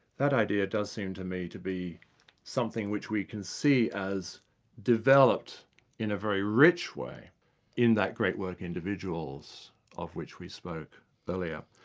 that idea does seem to me to be something which we can see as developed in a very rich way in that great work so of which we spoke earlier.